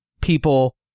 people